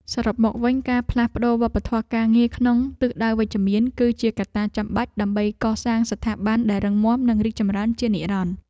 សរុបមកវិញ ការផ្លាស់ប្តូរវប្បធម៌ការងារក្នុងទិសដៅវិជ្ជមាន គឺជាកត្តាចាំបាច់ដើម្បីកសាងស្ថាប័នដែលរឹងមាំនិងរីកចម្រើនជានិរន្តរ៍។